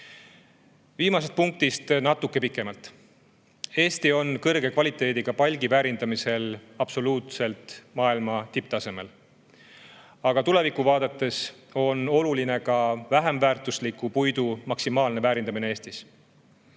Viimasest punktist natuke pikemalt. Eesti on kõrge kvaliteediga palgi väärindamisel absoluutselt maailma tipptasemel. Aga tulevikku vaadates on oluline ka vähem väärtusliku puidu maksimaalne väärindamine Eestis.